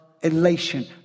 elation